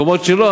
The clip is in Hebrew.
ובמקומות שלא,